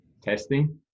testing